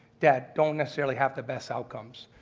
that don't necessarily have the best outcomes.